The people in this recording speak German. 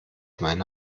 meine